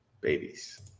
babies